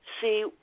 see